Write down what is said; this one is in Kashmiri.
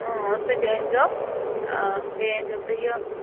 سُہ تہِ أنزیو بیٚیہِ أنۍ زیو تُہۍ یہِ